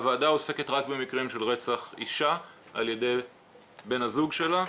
הוועדה עוסקת רק במקרים של רצח אישה על ידי בן הזוג שלה,